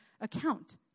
account